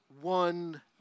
one